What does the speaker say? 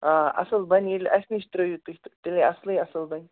آ اصٕل بَنہِ ییٚلہِ اَسہِ نِش ترٛٲوِو تُہۍ تہٕ ییٚلے اصلٕے اصٕل بَنہِ